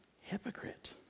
hypocrite